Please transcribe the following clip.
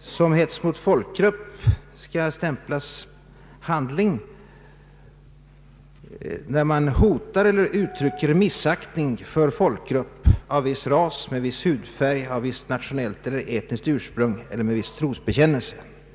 som. hets mot folkgrupp skall stämplas handling, där man hotar eller uttrycker missaktning för folkgrupp av viss ras, med viss hudfärg, av visst nationellt eller etniskt ursprung eller med viss trosbekännelse.